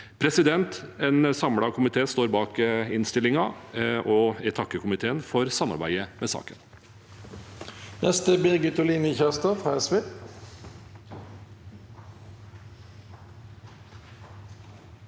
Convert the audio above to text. En samlet komité står bak innstillingen, og jeg takker komiteen for samarbeidet med saken.